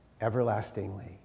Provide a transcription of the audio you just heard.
everlastingly